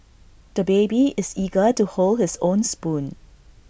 the baby is eager to hold his own spoon